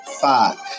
five